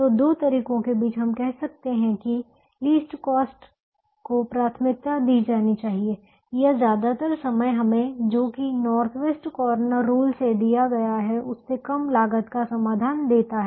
तो दो तरीकों के बीच हम कह सकते हैं कि लीस्ट कॉस्ट को प्राथमिकता दी जानी चाहिए यह ज्यादातर समय हमें जो कि नॉर्थ वेस्ट कॉर्नर रूल से दिया गया है उससे कम लागत का समाधान देता है